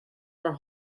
are